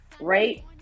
right